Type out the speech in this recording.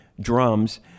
drums